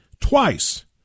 twice